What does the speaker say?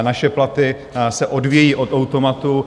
Naše platy se odvíjejí od automatu.